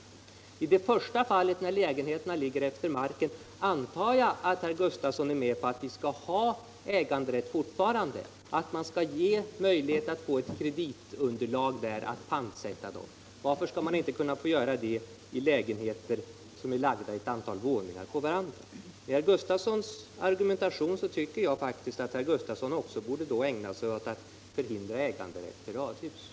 När det gäller det första fallet, där lägenheterna ligger utefter marken, antar jag att herr Gustafsson är med på att vi fortfarande skall ha äganderätt och att vi skall ha möjlighet att pantsätta dessa lägenheter för att erhålla krediter. Varför skall man då inte kunna ha samma principer när det gäller lägenheter som ligger i våningar ovanpå varandra? Med den inställning som herr Gustafsson har i detta ärende tycker jag att han också borde förhindra äganderätt när det gäller radhus.